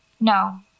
No